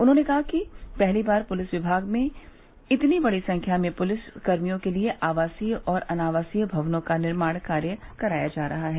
उन्होंने कहा कि पहली बार पुलिस विभाग में इतनी बड़ी संख्या में पुलिस कर्मियों के लिये आवासीय और अनावासीय भवनों का निर्माण कार्य कराया जा रहा है